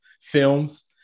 Films